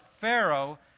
Pharaoh